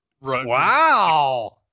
Wow